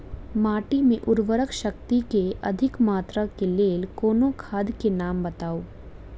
माटि मे उर्वरक शक्ति केँ अधिक मात्रा केँ लेल कोनो खाद केँ नाम बताऊ?